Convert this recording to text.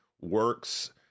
works